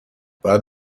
باید